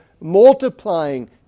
multiplying